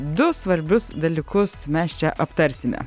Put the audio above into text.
du svarbius dalykus mes čia aptarsime